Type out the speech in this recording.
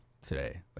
today